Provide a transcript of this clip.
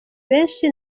benshi